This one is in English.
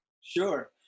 Sure